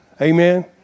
Amen